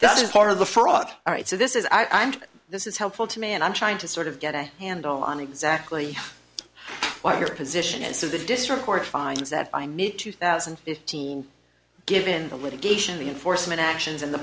that is part of the fraud all right so this is i mean this is helpful to me and i'm trying to sort of get a handle on exactly what your position is that the district court finds that i need two thousand and fifteen given the litigation the enforcement actions in the